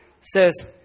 says